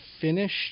finished